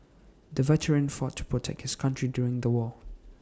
the veteran fought to protect his country during the war